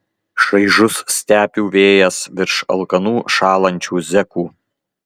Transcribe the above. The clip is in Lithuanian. šaižus stepių vėjas virš alkanų šąlančių zekų